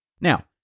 Now